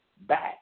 back